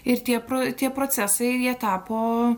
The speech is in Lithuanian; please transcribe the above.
ir tie pro tie procesai jie tapo